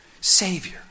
Savior